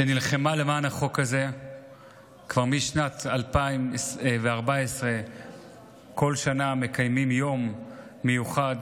שנלחמה למען החוק הזה כבר משנת 2014. בכל שנה מקיימים יום מיוחד